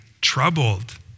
troubled